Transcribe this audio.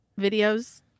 videos